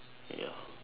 ya